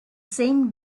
same